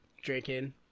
drinking